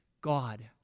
God